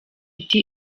iti